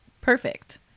perfect